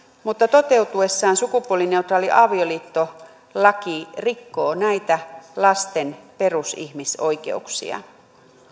mutta toteutuessaan sukupuolineutraali avioliittolaki rikkoo näitä lasten perusihmisoikeuksia